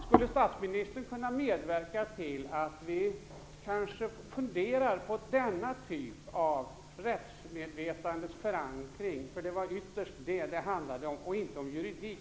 Skulle statsministern kunna medverka till att vi funderar på denna typ av rättsmedvetandets förankring? Det var det det ytterst handlade om, och inte om juridik.